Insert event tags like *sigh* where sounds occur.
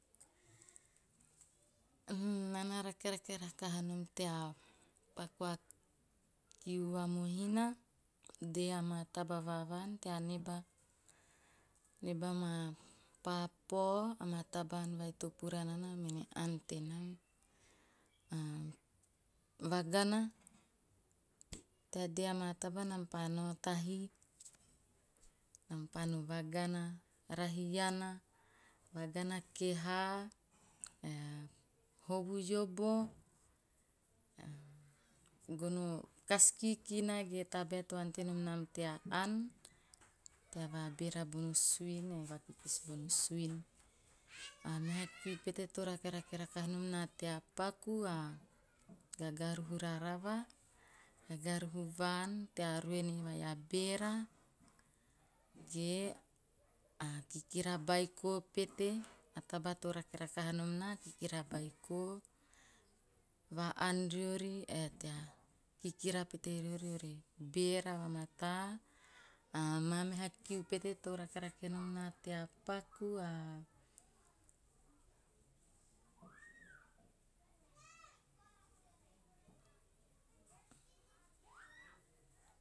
*hesitation* naa na rakerake rakaha nom tea paku a kiu va mohina, dee amaa taba va vaan tea neba, neba maa papao, amaa taba ann vai to pura nana mene ann tenam a *hesitation* vagana, tea dee amaa taba nam pa nao tahii. Nam pa no vagana, rahi iana, vagana keha ae hovu iobo, a gono *unintelligible* kas kikina ge gono a tabae to ante nom nam tea ann, tea vabeera bono suin ae vakikis bono suin. A meha kiu me to rakerake rakaha nom haa, tea paku, a gaga ruhu rarava. Gagaruhu vaan tea ruene vai a beera, gaekikira beiko pete. A taba to rake rakaha nom naa a kikira beiko, va ann riori ae tea kikira pete riori re beera vamata. Ah maa meha kiu me to rakerake nom naa tea paku a. *noise*